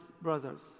brothers